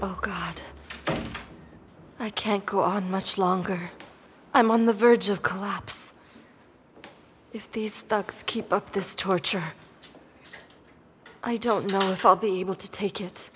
swelled i can't go on much longer i'm on the verge of collapse if these folks keep up this torture i don't know if i'll be able to take it